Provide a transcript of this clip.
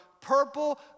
purple